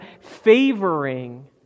favoring